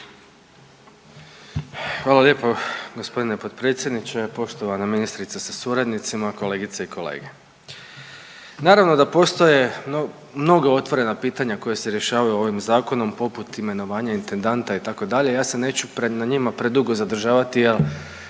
Hvala lijepo g. potpredsjedniče, poštovana ministrice sa suradnicima, kolegice i kolege. Naravno da postoje mnoga otvorena pitanja koja se rješavaju ovim zakonom poput imenovanja intendanta itd., ja se neću na njima predugo zadržavati jer